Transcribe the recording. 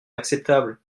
acceptable